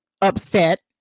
upset